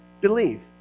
Believe